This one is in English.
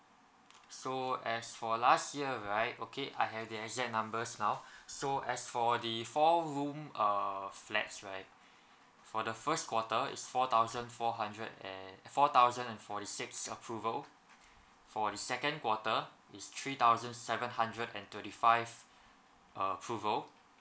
so as for last year right okay I have the exact numbers now so as for the four room err flats right for the first quarter is four thousand four hundred and four thousand and forty six approval for the second quarter it's three thousand seven hundred and thirty five uh approval